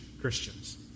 Christians